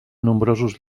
nombrosos